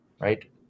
right